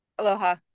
Aloha